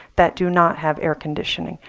that do not have air conditioning.